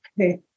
Okay